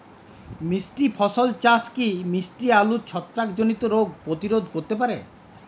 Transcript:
মিশ্র ফসল চাষ কি মিষ্টি আলুর ছত্রাকজনিত রোগ প্রতিরোধ করতে পারে?